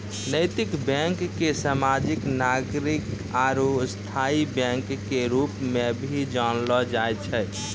नैतिक बैंक के सामाजिक नागरिक आरू स्थायी बैंक के रूप मे भी जानलो जाय छै